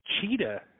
Cheetah